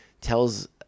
tells